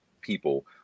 people